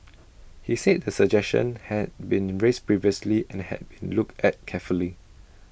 he said the suggestion had been raised previously and had been looked at carefully